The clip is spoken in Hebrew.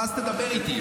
ואז תדבר איתי.